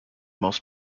most